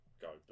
go